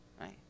Right